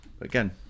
Again